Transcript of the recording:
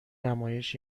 نمایش